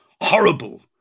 horrible